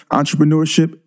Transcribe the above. entrepreneurship